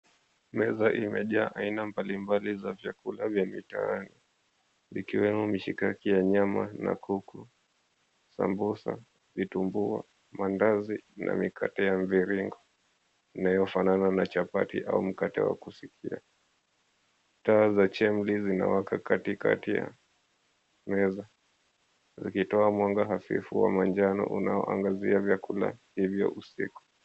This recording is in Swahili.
Meza imejaa aina mbalimbali ya vyakula vya mitaani, vikiwemo mishikaki ya nyama na kuku, sambusa, vitumbua maandazi na mikate ya mviringo inayofanana na chapati au mkate wa kusikia. Taa za chemli zinawaka katikati ya meza zikitoa mwanga hafifu wa manjano unaoangazia vyakula hivyo usiku.